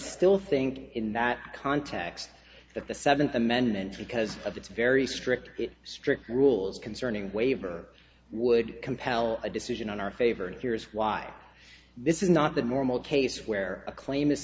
still think in that context that the seventh amendment because of its very strict it strict rules concerning waiver would compel a decision on our favor and here's why this is not the normal case where a claim is